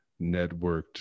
networked